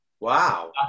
Wow